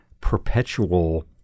perpetual